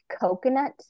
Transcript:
coconut